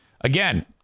Again